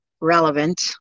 relevant